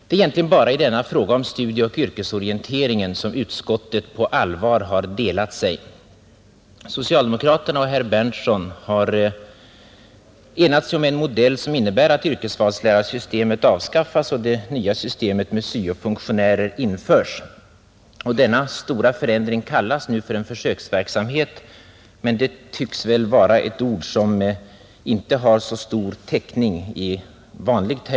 Det är egentligen bara i denna fråga om studieoch yrkesorienteringen som utskottet på allvar har delat sig. Socialdemokraterna och herr Berndtson i Linköping har enat sig om en modell som innebär att yrkesvalslärarsystemet avskaffas och det nya systemet med syo-funktionärer införs. Denna stora förändring kallas nu för en försöksverksamhet; det tycks dock vara ett ord närmast utan täckning.